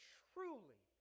truly